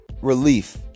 relief